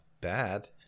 bad